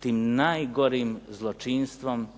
tim najgorim zločinstvom,